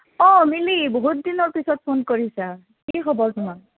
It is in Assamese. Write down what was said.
অ মিলি বহুত দিনৰ পিছত ফোন কৰিছা কি খবৰ তোমাৰ